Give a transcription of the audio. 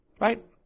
right